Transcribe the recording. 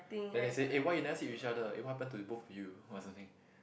then they say eh why you never sit with each other eh what happen to the both of you or something